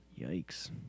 Yikes